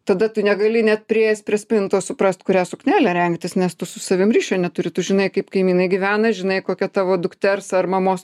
tada tu negali net priėjęs prie spintos suprast kurią suknelę rengtis nes tu su savim ryšio neturi tu žinai kaip kaimynai gyvena žinai kokia tavo dukters ar mamos